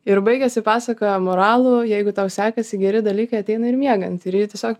ir baigiasi pasaka moralu jeigu tau sekasi geri dalykai ateina ir miegant ir ji tiesiog